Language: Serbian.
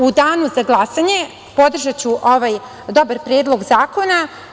U danu za glasanje podržaću ovaj dobar predlog zakona.